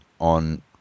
on